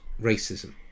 racism